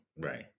Right